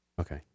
Okay